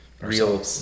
real